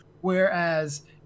whereas